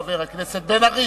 חבר הכנסת בן-ארי.